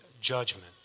judgment